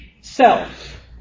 self